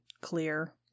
clear